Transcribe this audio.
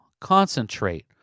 concentrate